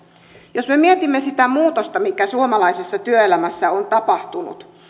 jos me mietimme sitä muutosta mikä suomalaisessa työelämässä on tapahtunut